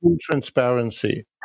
transparency